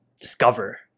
Discover